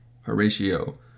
Horatio